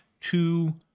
two